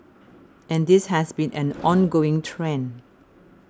and this has been an ongoing trend